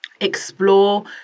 explore